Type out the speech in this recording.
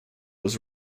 was